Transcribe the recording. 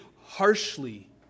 harshly